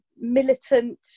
militant